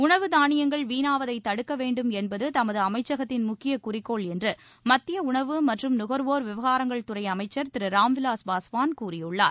உணவு தாளியங்கள் வீணாவதை தடுக்க வேண்டும் என்பது தமது அமைச்சகத்தின் முக்கிய குறிக்கோள் என்று மத்திய உணவு மற்றும் நுகர்வோர் விவகாரங்கள் துறை அமைச்சர் திரு ராம் விவாஸ் பாஸ்வான் கூறியுள்ளார்